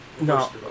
No